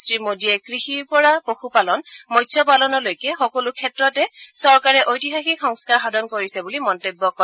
শ্ৰীমোডীয়ে কৃষিৰ পৰা পশুপালন মৎস্য পালনলৈকে সকলো ক্ষেত্ৰতে চৰকাৰে ঐতিসাহিক সংস্থাৰ সাধন কৰিছে বুলি মন্তব্য কৰে